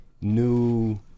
new